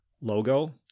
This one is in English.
logo